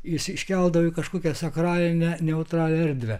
jis iškeldavo į kažkokią sakralinę neutralią erdvę